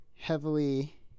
heavily